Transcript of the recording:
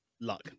luck